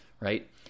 Right